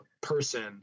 person